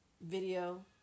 video